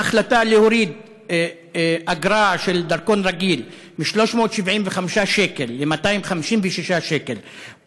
ההחלטה להוריד את האגרה של דרכון רגיל מ-375 שקל ל-256 שקל,